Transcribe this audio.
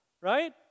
right